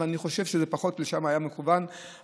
אבל אני חושב שזה היה פחות מכוון לשם,